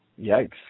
Yikes